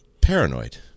paranoid